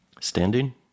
Standing